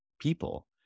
people